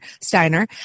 Steiner